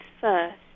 first